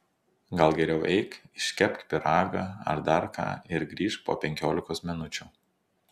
gal geriau eik iškepk pyragą ar dar ką ir grįžk po penkiolikos minučių